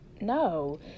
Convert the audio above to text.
No